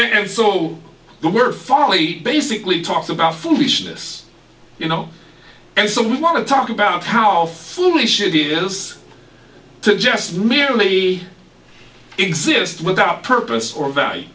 and so we're finally basically talks about foolishness you know and so we want to talk about how foolish ideas to just merely exist without purpose or value